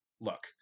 look